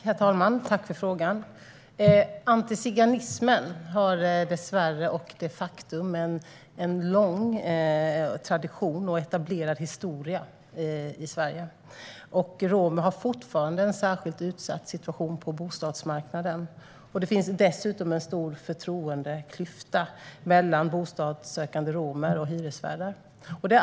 Herr talman! Jag tackar för frågan. Antiziganismen har dessvärre en lång tradition och etablerad historia i Sverige. Romer har fortfarande en särskilt utsatt situation på bostadsmarknaden. Det finns dessutom en stor förtroendeklyfta mellan bostadssökande romer och hyresvärdar.